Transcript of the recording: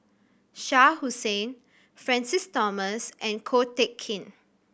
Shah Hussain Francis Thomas and Ko Teck Kin